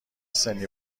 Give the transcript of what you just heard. سنی